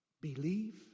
Believe